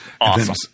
Awesome